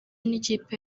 n’ikipe